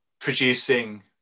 producing